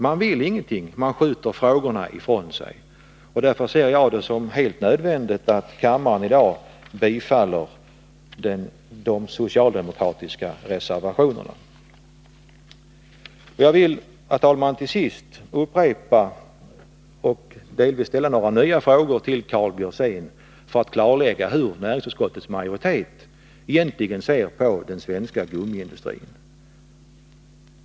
Man vill ingenting. Man skjuter frågorna ifrån sig. Därför ser jag det som helt nödvändigt att kammaren i dag bifaller de socialdemokratiska reservationerna. Jag vill, herr talman, till sist delvis upprepa mina tidigare frågor och delvis ställa några nya till Karl Björzén för att få klarlagt hur näringsutskottets majoritet egentligen ser på den svenska gummiindustrin.